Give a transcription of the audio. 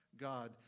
God